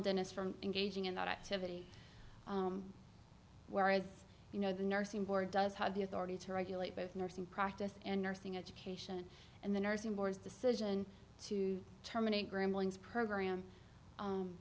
us from engaging in that activity whereas you know the nursing board does have the authority to regulate both nursing practice and nursing education and the nursing board's decision to terminate grumblings program